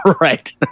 Right